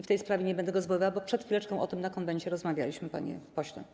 W tej sprawie nie będę go zwoływała, bo przed chwileczką o tym na zebraniu Konwentu rozmawialiśmy, panie pośle.